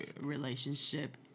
relationship